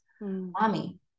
mommy